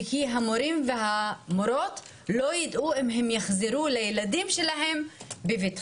וכי המורים והמורות לא יידעו אם הם יחזרו לילדים בבטחה.